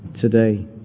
today